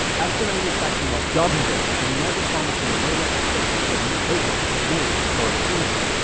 ask an anglo-saxon what job he does and he might respond with some low-level trade, such as a baker, a miller, or a shoemaker.